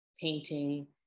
painting